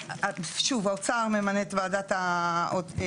שוב, האוצר ממנה את הוועדה הזאת.